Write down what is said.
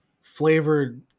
flavored